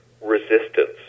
resistance